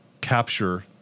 capture